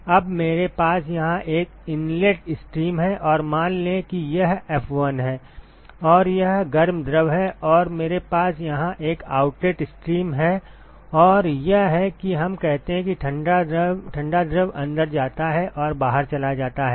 अब मेरे पास यहां एक इनलेट स्ट्रीम है और मान लें कि यह f1 है और यह गर्म द्रव है और मेरे पास यहां एक आउटलेट स्ट्रीम है और यह है कि हम कहते हैं कि ठंडा द्रव अंदर आता है और बाहर चला जाता है